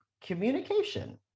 communication